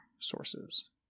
sources